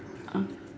ah